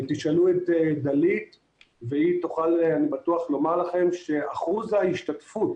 תשאלו את דלית ואני בטוח שהיא תוכל לומר לכם שאחוז ההשתתפות